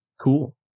Cool